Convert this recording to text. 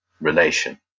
relation